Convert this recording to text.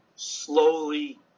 slowly